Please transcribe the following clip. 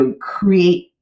create